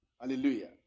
Hallelujah